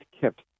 kept